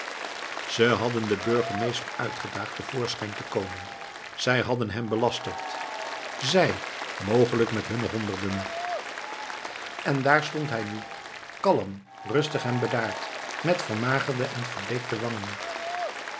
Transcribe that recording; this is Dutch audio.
ze hadden den burgemeester uitgedaagd te voorschijn te komen zij hadden hem belasterd zij mogelijk met hunne honderden en daar stond hij nu kalm rustig en bedaard met vermagerde en verbleekte